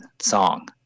song